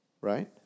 Right